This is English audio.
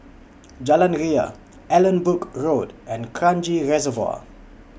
Jalan Ria Allanbrooke Road and Kranji Reservoir